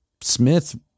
Smith